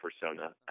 persona